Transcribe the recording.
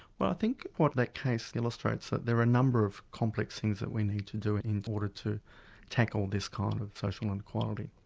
well i think what that case illustrates is that there are a number of complex things that we need to do in order to tackle this kind of social inequality.